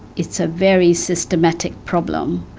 it's a very systematic problem.